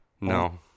no